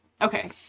okay